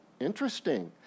Interesting